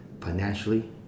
Financially